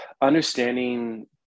understanding